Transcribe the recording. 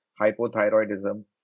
hypothyroidism